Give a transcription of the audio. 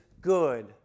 good